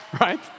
Right